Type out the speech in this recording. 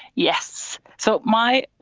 yes. so my